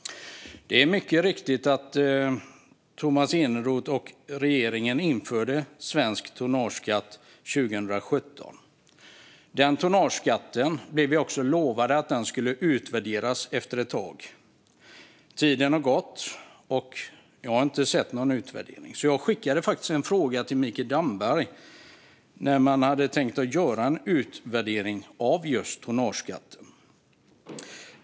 Tomas Eneroth och regeringen införde mycket riktigt svensk tonnageskatt 2017. Vi blev lovade att tonnageskatten skulle utvärderas efter ett tag. Tiden har gått, och jag har inte sett någon utvärdering. Därför skickade jag en skriftlig fråga till Mikael Damberg för att höra när man har tänkt att göra en utvärdering av tonnageskatten.